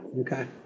Okay